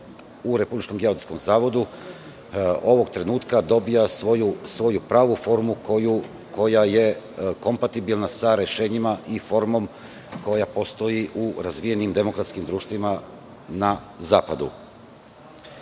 imovine kroz rad ljudi u RGZ ovog trenutka dobija svoju pravu formu koja je kompatibilna sa rešenjima i formom koja postoji u razvijenim demokratskim društvima na zapadu. Šta